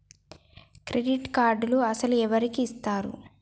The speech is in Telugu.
క్రెడిట్ కార్డులు అసలు ఎవరికి ఇస్తారు?